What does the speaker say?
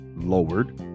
lowered